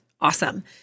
awesome